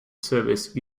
service